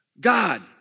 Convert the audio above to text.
God